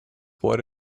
what